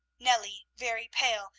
nellie very pale,